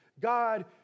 God